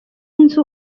inzu